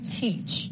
teach